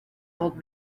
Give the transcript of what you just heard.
old